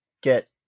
get